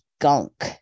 gunk